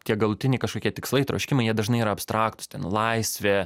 tie galutiniai kažkokie tikslai troškimai jie dažnai yra abstraktūs ten laisvė